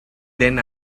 then